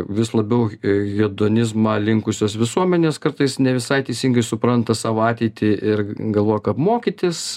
vis labiau į hedonizmą linkusios visuomenės kartais ne visai teisingai supranta savo ateitį ir galvoja kad mokytis